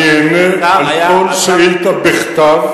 אני אענה על כל שאילתא בכתב,